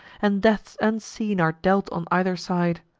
and deaths unseen are dealt on either side.